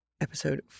episode